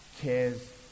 cares